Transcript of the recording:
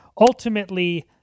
ultimately